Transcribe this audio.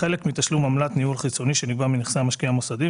החלק מתשלום עמלת ניהול חיצוני שנגבה מנכסי המשקיע המוסדי,